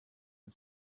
and